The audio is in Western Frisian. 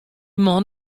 man